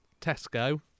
Tesco